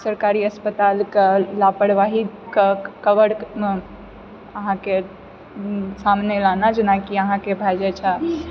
सरकारी अस्पतालके लापरवाहीके कवरमे अहाँके सामने लाना जेनाकि अहाँके भए जाइ छै